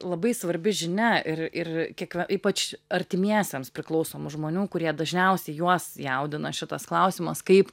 labai svarbi žinia ir ir kiekvie ypač artimiesiems priklausomų žmonių kurie dažniausiai juos jaudina šitas klausimas kaip